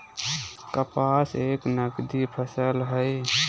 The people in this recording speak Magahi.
कपास एक नगदी फसल हई